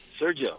Sergio